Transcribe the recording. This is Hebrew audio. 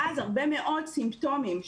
ואז הרבה מאוד סימפטומים.